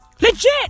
Legit